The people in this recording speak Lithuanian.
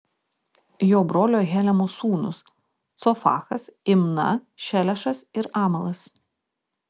jo brolio helemo sūnūs cofachas imna šelešas ir amalas